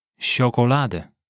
Chocolade